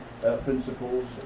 principles